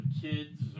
kids